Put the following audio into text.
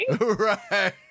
Right